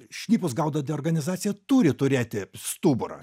šnipus gaudanti organizacija turi turėti stuburą